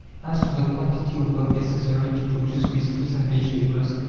as to the quantity of work necessary to produce these fruits and vegetables,